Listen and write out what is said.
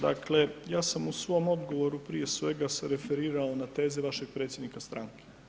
Dakle ja sam u svom odgovoru prije svega se referirao na teze vašeg predsjednika stranke.